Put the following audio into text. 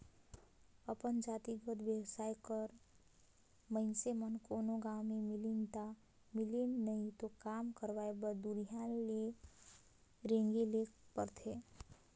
अपन जातिगत बेवसाय करत मइनसे मन कोनो गाँव में मिलिन ता मिलिन नई तो काम करवाय बर दुरिहां रेंगें ले परथे